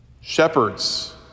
Shepherds